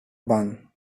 bun